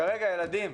כרגע ילדים,